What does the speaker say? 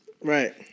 Right